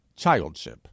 childship